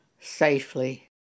safely